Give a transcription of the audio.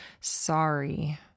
sorry